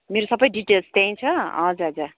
मेरो सबै डिटेल्स त्यहीँ छ हजुर हजुर